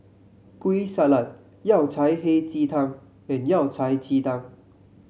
Kueh Salat Yao Cai Hei Ji Tang and Yao Cai Ji Tang